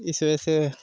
इसे से